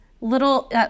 little